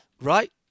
Right